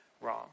wrong